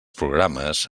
programes